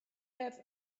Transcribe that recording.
have